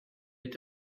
est